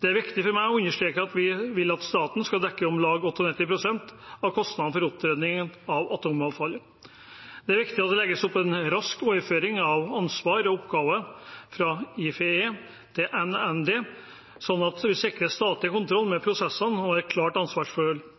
Det er viktig for meg å understreke at vi vil at staten skal dekke om lag 98 pst. av kostnadene for oppryddingen av atomavfallet. Det er viktig at det legges opp en rask overføring av ansvar og oppgaver fra IFE til NND, sånn at vi sikrer statlig kontroll med prosessene og et klart ansvarsforhold.